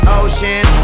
ocean